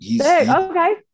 okay